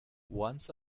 once